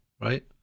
right